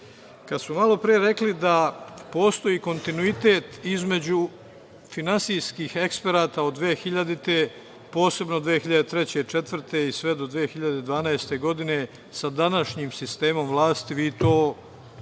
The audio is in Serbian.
smo malopre rekli da postoji kontinuitet između finansijskih eksperata od 2000. godine, posebno 2003, 2004. godine i sve do 2012. godine sa današnjim sistemom vlasti vi to izgleda